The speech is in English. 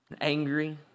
angry